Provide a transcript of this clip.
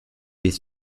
bis